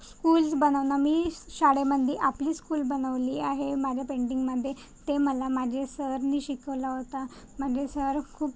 schools बनवणं मी शाळेमंदी आपली स्कूल बनवली आहे माझ्या पेंटिंगमध्ये ते मला माझे सरनी शिकवला होता माझे सर खूप